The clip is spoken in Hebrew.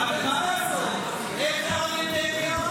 --- המאבק בפשיעה.